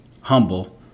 humble